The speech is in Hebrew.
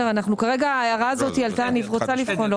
כרגע ההערה הזאת עלתה, אני רוצה לבחון.